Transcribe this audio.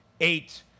eight